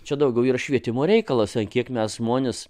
čia daugiau yra švietimo reikalas ant kiek mes žmones